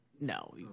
No